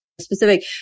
specific